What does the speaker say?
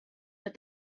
that